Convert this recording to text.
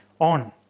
on